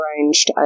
arranged